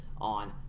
on